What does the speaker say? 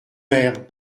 mère